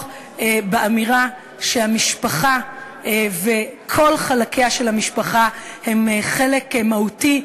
באמירה שהמשפחה וכל חלקיה של המשפחה הם חלק מהותי,